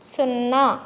సున్నా